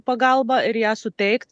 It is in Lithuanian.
pagalbą ir ją suteikt